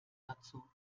dazu